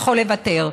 יכול לוותר.